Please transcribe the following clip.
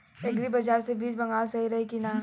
Agri बाज़ार से बीज मंगावल सही रही की ना?